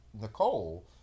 Nicole